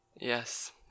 Yes